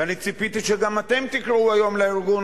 ואני ציפיתי שגם אתם תקראו היום לארגון